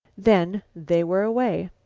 then they were away.